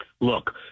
Look